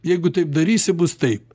jeigu taip darysi bus taip